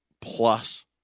plus